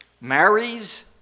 marries